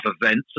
events